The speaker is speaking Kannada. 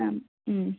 ಹಾಂ ಹ್ಞೂ